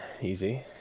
easy